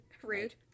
rude